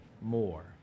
more